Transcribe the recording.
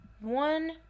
One